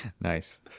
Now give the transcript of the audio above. Nice